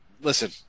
Listen